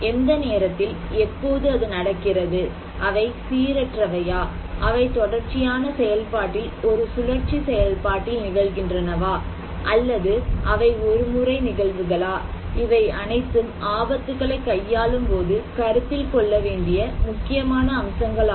எந்த நேரத்தில் எப்போது அது நடக்கிறது அவை சீரற்றவையா அவை தொடர்ச்சியான செயல்பாட்டில் ஒரு சுழற்சி செயல்பாட்டில் நிகழ்கின்றனவா அல்லது அவை ஒரு முறை நிகழ்வுகளா இவை அனைத்தும் ஆபத்துகளை கையாளும்போது கருத்தில் கொள்ளவேண்டிய முக்கியமான அம்சங்களாகும்